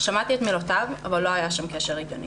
שמעתי את מילותיו, אבל לא היה שם קשר הגיוני.